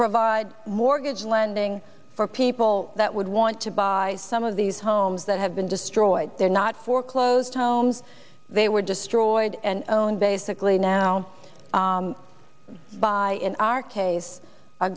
provide mortgage lending for people that would want to buy some of these homes that have been destroyed they're not foreclosed homes they were destroyed and own basically now by in our case